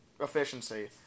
efficiency